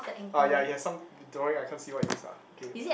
ah ya he has some drawing ah I can't see what it is ah okay